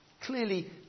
Clearly